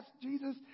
Jesus